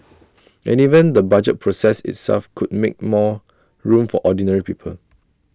and even the budget process itself could make more room for ordinary people